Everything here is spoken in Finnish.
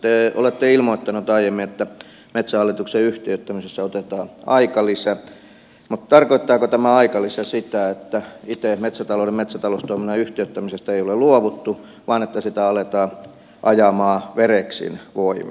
te olette ilmoittanut aiemmin että metsähallituksen yhtiöittämisessä otetaan aikalisä mutta tarkoittaako tämä aikalisä sitä että itse metsätaloustoiminnan yhtiöittämisestä ei ole luovuttu vaan että sitä aletaan ajamaan vereksin voimin